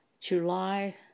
July